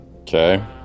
Okay